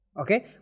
Okay